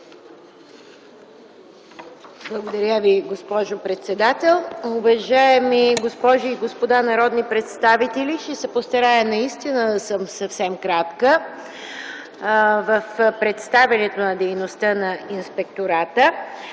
Благодаря, госпожо председател. Уважаеми госпожи и господа народни представители, ще се постарая да бъда съвсем кратка в представянето на дейността на Инспектората,